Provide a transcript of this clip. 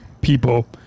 people